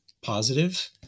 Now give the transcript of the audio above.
positive